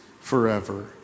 forever